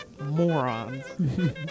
morons